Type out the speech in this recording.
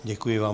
Děkuji vám.